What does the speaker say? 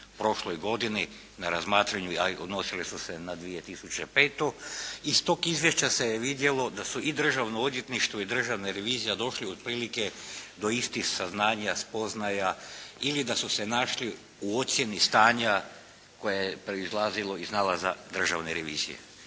na razmatranju a odnosile su se na 2005. Iz tog izvješća se je vidjelo da su i Državno odvjetništvo i Državna revizija došli otprilike do istih saznanja, spoznaja ili da su se našli u ocjeni stanja koje je proizlazilo iz nalaza Državne revizije.